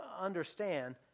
understand